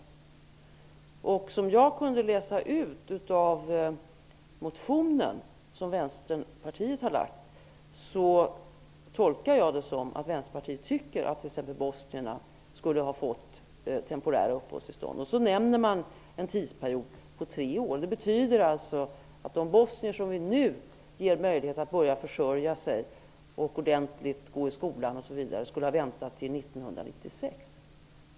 Enligt vad jag kan utläsa av Vänsterpartiets motion tycker partiet att t.ex. bosnierna skulle ha fått temporära uppehållstillstånd. Man nämner en tidsperiod på tre år. Det betyder alltså att de bosnier som vi nu ger möjlighet att börja försörja sig, gå i skolan ordentligt osv. skulle ha väntat till 1996.